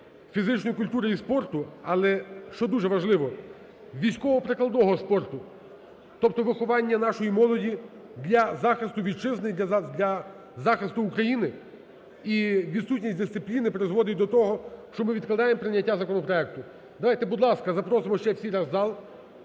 фізичної культури і спорту, але, що дуже важливо, військово-прикладного спорту, тобто виховання нашої молоді для захисту Вітчизни і для захисту України. І відсутність дисципліни призводить до того, що ми відкладаємо прийняття законопроекту. Давайте, будь ласка, запросимо ще всіх в зал.